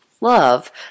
love